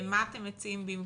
מה אתם מציעים במקום?